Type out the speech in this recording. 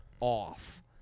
off